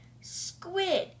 squid